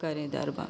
करें दरबा